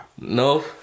No